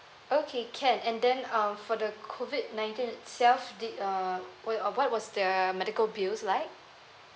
okay can and then um for the COVID nineteen itself did uh wait uh what was the medical bills like